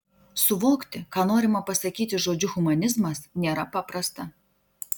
suvokti ką norima pasakyti žodžiu humanizmas nėra paprasta